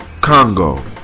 Congo